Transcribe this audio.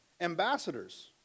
Ambassadors